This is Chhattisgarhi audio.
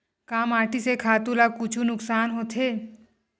का माटी से खातु ला कुछु नुकसान होथे?